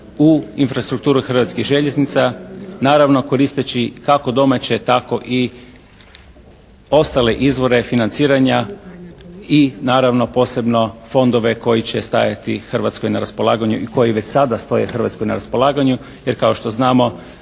u infrastrukturu Hrvatskih željeznica naravno koristeći kako domaće tako i ostale izvore financiranja i naravno posebno fondova koji će stajati Hrvatskoj na raspolaganju i koji već sada stoje Hrvatskoj na raspolaganju jer kao što znamo